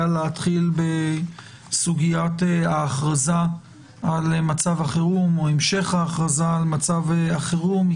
להתחיל בסוגיית המשך ההכרזה על מצב החירום.